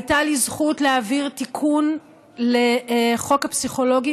הייתה לי הזכות להעביר תיקון לחוק הפסיכולוגים